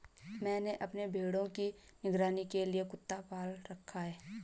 मैंने अपने भेड़ों की निगरानी के लिए कुत्ता पाल रखा है